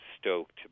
stoked